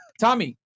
tommy